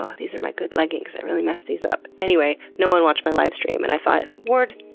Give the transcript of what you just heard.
ah these are my good leggings. i really messed these up. anyway, no one watched my live stream and i thought, and ward,